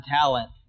talent